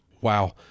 Wow